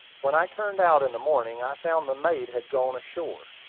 when i turned out in the morning, i found the mate had gone ashore.